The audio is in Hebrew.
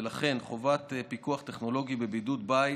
ולכן חובת הפיקוח הטכנולוגי בבידוד בית,